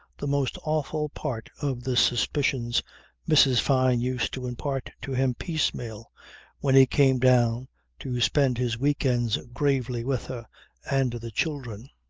the most awful part of the suspicions mrs. fyne used to impart to him piecemeal when he came down to spend his week-ends gravely with her and the children.